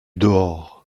dehors